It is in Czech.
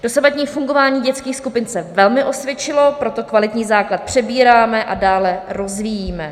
Dosavadní fungování dětských skupin se velmi osvědčilo, proto kvalitní základ přebíráme a dále rozvíjíme.